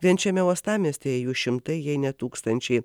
vien šiame uostamiestyje jų šimtai jei ne tūkstančiai